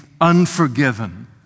unforgiven